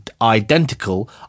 identical